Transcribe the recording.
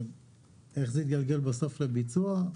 איך זה יתגלגל בסוף לביצוע?